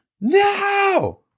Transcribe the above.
No